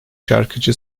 şarkıcı